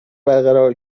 برقرار